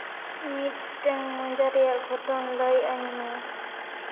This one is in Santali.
ᱢᱤᱫᱴᱟᱝ ᱢᱚᱡᱟ ᱨᱮᱭᱟᱜ ᱜᱷᱚᱴᱚᱱ ᱞᱟᱹᱭ ᱟᱹᱧ ᱢᱮ